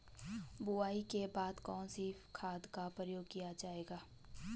बुआई के बाद कौन से खाद का प्रयोग किया जायेगा?